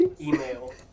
email